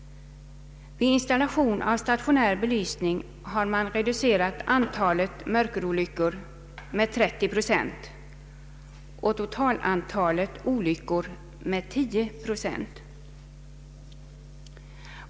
Vid installation av stationär belysning har man enligt vad undersökningen visat reducerat antalet mörkerolyckor med 30 procent och totalantalet olyckor med 10 procent.